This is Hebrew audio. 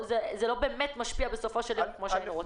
זה לא באמת משפיע כמו שהיינו רוצים.